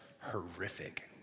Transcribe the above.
horrific